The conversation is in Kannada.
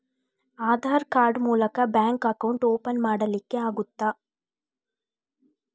ಆಧಾರ್ ಕಾರ್ಡ್ ಮೂಲಕ ಬ್ಯಾಂಕ್ ಅಕೌಂಟ್ ಓಪನ್ ಮಾಡಲಿಕ್ಕೆ ಆಗುತಾ?